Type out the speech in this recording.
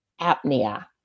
apnea